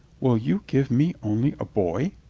will you give me only a boy?